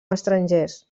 estrangers